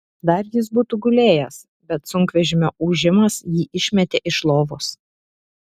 dar jis būtų gulėjęs bet sunkvežimio ūžimas jį išmetė iš lovos